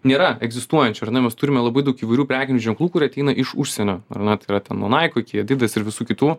nėra egzistuojančių ar ne mes turime labai daug įvairių prekinių ženklų kurie ateina iš užsienio ar ne tai yra ten nuo naiko iki adidas ir visų kitų